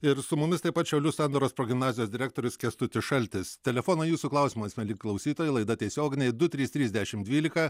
ir su mumis taip pat šiaulių sandoros progimnazijos direktorius kęstutis šaltis telefonai jūsų klausimas mieli klausytojai laida tiesioginė du trys trys dešimt dvylika